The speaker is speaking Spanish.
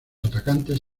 atacantes